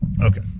okay